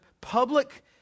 public